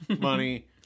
money